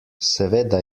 seveda